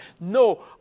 No